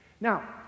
Now